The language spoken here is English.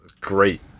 Great